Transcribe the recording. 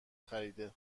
خریده